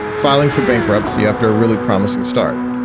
filing for bankruptcy after a really promising start.